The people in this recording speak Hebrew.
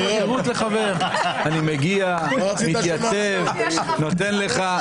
אני מגיע, מתייצב, נותן לך מכל הלב.